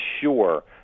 sure